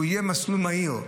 שהוא יהיה מסלול מהיר,